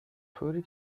طوری